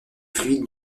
fluides